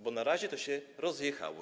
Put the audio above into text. Bo na razie to się rozjechało.